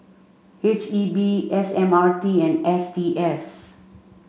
H E B S M R T and S T S